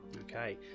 Okay